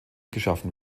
geschaffen